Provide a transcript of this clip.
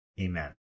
Amen